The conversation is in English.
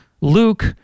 Luke